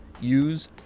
Use